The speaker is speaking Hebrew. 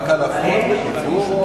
רק על הפרעות בדיבור?